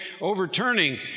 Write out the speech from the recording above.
overturning